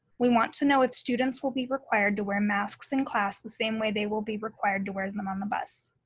we want to know if students will be required to wear masks in class the same way they will be required to wear them them on the bus.